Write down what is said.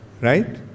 Right